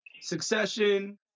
Succession